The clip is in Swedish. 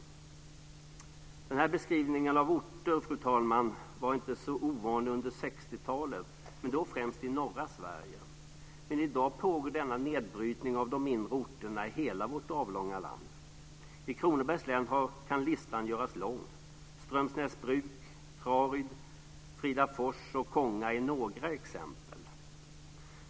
Den här beskrivningen av orter, fru talman, var inte så ovanlig under 60-talet. Då handlade det främst om norra Sverige, men i dag pågår denna nedbrytning av de mindre orterna i hela vårt avlånga land. I Kronobergs län kan listan göras lång. Strömsnäsbruk, Traryd, Fridafors och Konga är några exempel.